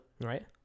Right